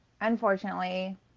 unfortunately